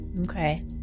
Okay